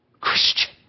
Christian